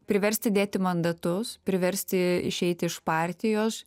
priversti dėti mandatus priversti išeiti iš partijos